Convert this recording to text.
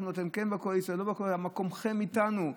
אתם כן בקואליציה, לא בקואליציה, מקומכם איתנו.